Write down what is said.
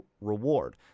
reward